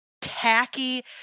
tacky